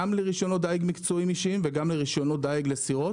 לרישיונות דיג מקצועיים אישיים וגם לרישיונות דיג לסירות.